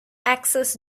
access